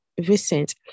Vincent